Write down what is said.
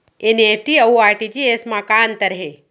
NEFT अऊ RTGS मा का अंतर हे?